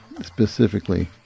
specifically